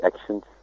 actions